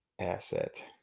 asset